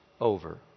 over